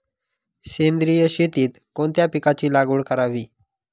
सेंद्रिय शेतीत कोणत्या पिकाची लागवड करावी?